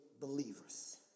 believers